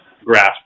grasp